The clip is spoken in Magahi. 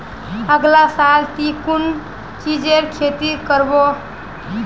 अगला साल ती कुन चीजेर खेती कर्बो